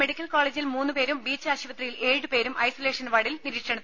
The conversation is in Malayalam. മെഡിക്കൽ കോളേജിൽ മൂന്നുപേരും ബീച്ച് ആശുപത്രിയിൽ ഏഴു പേരും ഐസൊലേഷൻ വാർഡിൽ നിരീക്ഷണത്തിലുണ്ട്